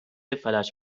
فلج